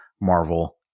Marvel